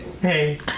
Hey